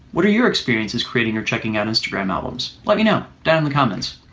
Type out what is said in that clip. what are your experiences creating or checking out instagram albums? let me know down in the comments!